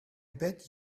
bet